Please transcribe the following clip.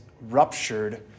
ruptured